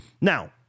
Now